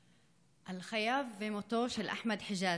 על חייו ומותו של אחמד חג'אזי: